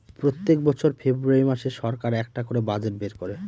প্রত্যেক বছর ফেব্রুয়ারী মাসে সরকার একটা করে বাজেট বের করে